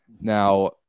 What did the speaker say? Now